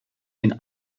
den